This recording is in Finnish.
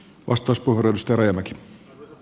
arvoisa puhemies